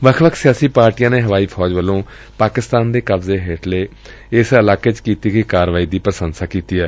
ਵੱਖ ਵੱਖ ਸਿਆਸੀ ਪਾਰਟੀਆਂ ਨੇ ਹਵਾਈ ਫੌਜ ਵੱਲੋਂ ਪਾਕਿਸਤਾਨ ਦੇ ਕਬਜ਼ੇ ਹੇਠਲੇ ਕਸ਼ਮੀਰ ਦੇ ਇਲਾਕੇ ਵਿਚ ਕੀਤੀ ਗਈ ਕਾਰਵਾਈ ਦੀ ਪੁਸੰਸਾ ਕੀਤੀ ਏ